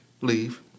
leave